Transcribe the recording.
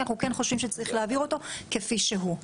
כי אנחנו כן חושבים שצריך להעביר אותו כפי שהוא.